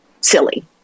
silly